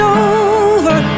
over